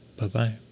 Bye-bye